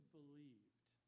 believed